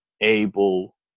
able